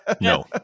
no